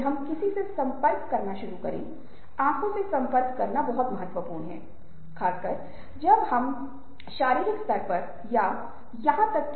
हम किसी और की जगह नहीं लेना चाहते हैं हम अपनी जगह पर हैं लेकिन यहाँ से हम भावनात्मक रूप से किसी और का समर्थन करना चाहते हैं